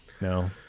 No